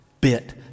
bit